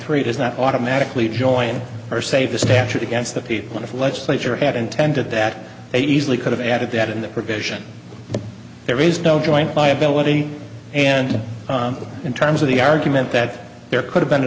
does not automatically join or save the statute against the people of legislature had intended that they easily could have added that in that provision there is no joint liability and in terms of the argument that there could have been a